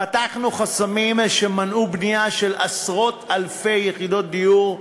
פתחנו חסמים שמנעו בנייה של עשרות-אלפי יחידות דיור,